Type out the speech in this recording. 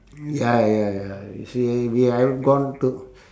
ya ya ya you see we are gone to